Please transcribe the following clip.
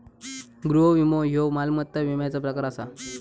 गृह विमो ह्यो मालमत्ता विम्याचा प्रकार आसा